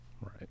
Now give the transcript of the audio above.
Right